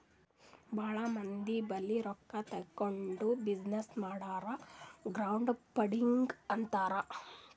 ಭಾಳ ಮಂದಿ ಬಲ್ಲಿ ರೊಕ್ಕಾ ತಗೊಂಡ್ ಬಿಸಿನ್ನೆಸ್ ಮಾಡುರ್ ಕ್ರೌಡ್ ಫಂಡಿಂಗ್ ಅಂತಾರ್